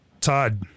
Todd